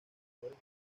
mejores